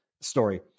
story